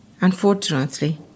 unfortunately